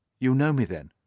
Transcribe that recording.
you know me, then?